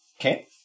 Okay